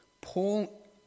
Paul